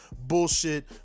bullshit